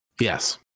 Yes